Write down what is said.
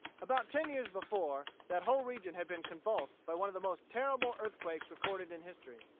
about ten years before, that whole region had been convulsed by one of the most terrible earthquakes recorded in history.